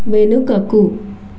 వెనుకకు